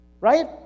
Right